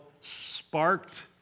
sparked